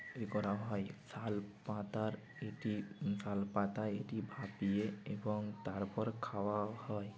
তৈরি করা হয় শালপাতার এটি শালপাতায় এটি ভাপিয়ে এবং তারপর খাওয়া হয়